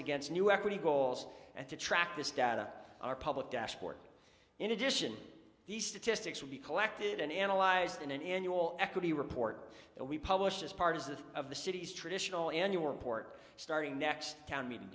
against new equity goals and to track this data are public dashboard in addition these statistics will be collected and analyzed in an annual equity report that we published as part of the of the city's traditional annual report starting next town meeting